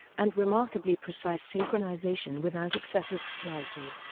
and remarkably precise synchronization without excessive splicing.